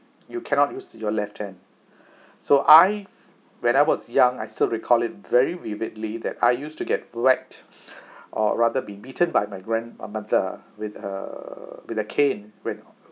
you cannot use your left hand so I when I was young I still recall it very vividly that I used to get whacked or rather be beaten by my grandmother with her cane when